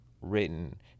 written